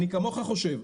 אני כמוך חושב,